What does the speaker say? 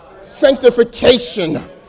sanctification